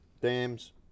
Dams